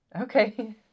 Okay